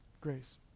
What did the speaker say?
grace